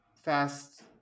Fast